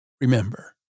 Remember